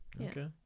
Okay